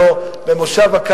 לרבות רעידת אדמה?